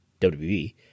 WWE